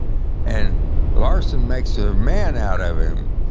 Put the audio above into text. and larson makes a man out of him.